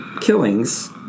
killings